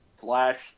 Flash